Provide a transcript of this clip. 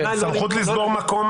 סמכות לסגור מקום